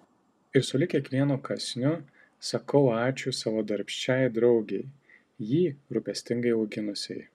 ir sulig kiekvienu kąsniu sakau ačiū savo darbščiai draugei jį rūpestingai auginusiai